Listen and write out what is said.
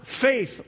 faith